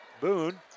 Boone